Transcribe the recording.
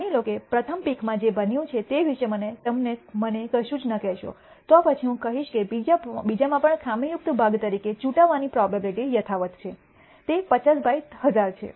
માની લો કે પ્રથમ પીકમાં જે બન્યું તે વિશે તમે મને કશું જ ન કહેશો તો પછી હું કહીશ કે બીજામાં પણ ખામીયુક્ત ભાગ તરીકે ચૂંટવાની પ્રોબેબીલીટી યથાવત છે તે 50 બાય 1000 છે